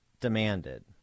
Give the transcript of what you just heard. demanded